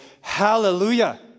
Hallelujah